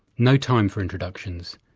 no time for introductions,